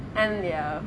and ya